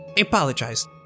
Apologize